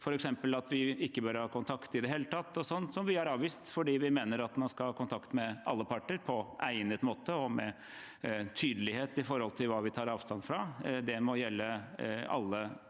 f.eks. at vi ikke bør ha kontakt i det hele tatt, noe vi har avvist fordi vi mener at man skal ha kontakt med alle parter, på egnet måte og med tydelighet i forhold til hva vi tar avstand fra. Det må gjelde alle